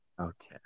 okay